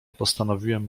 postanowiłem